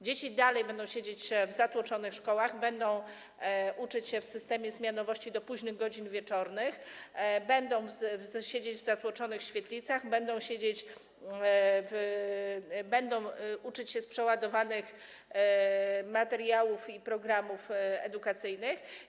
Dzieci dalej będą siedzieć w zatłoczonych szkołach, będą uczyć się w systemie zmianowym do późnych godzin wieczornych, będą siedzieć w zatłoczonych świetlicach, będą uczyć się z przeładowanych materiałem programów edukacyjnych.